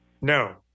No